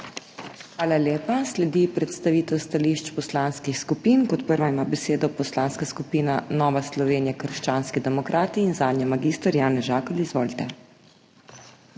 Hvala lepa. Sledi predstavitev stališč poslanskih skupin. Kot prva ima besedo Poslanska skupina Nova Slovenija – krščanski demokrati in zanjo mag. Janez Žakelj. Izvolite.